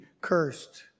cursed